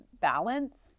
balance